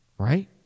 right